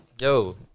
Yo